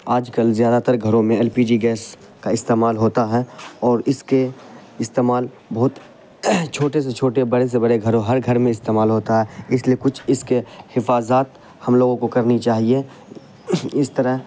آج کل زیادہ تر گھروں میں ایل پی جی گیس کا استعمال ہوتا ہے اور اس کے استعمال بہت چھوٹے سے چھوٹے بڑے سے بڑے گھروں ہر گھر میں استعمال ہوتا ہے اس لیے کچھ اس کے حفاظات ہم لوگوں کو کرنی چاہیے اس طرح